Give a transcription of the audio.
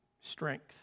strength